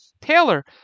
Taylor